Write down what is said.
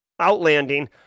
outlanding